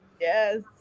Yes